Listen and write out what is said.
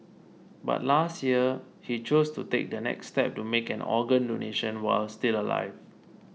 but last year he chose to take the next step to make an organ donation while still alive